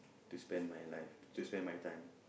to spend my life to spend my time